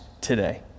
today